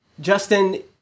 Justin